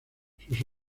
sus